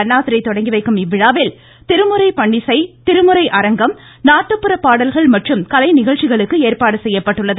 அண்ணாதுரை தொடங்கி வைக்கும் இவ்விழாவில் திருமுறை பன்னிசை திருமுறை அரங்கம் நாட்டுப்புற பாடல்கள் மற்றும் கலைநிகழ்ச்சிகளுக்கு ஏற்பாடுகள் செய்யப்பட்டுள்ளது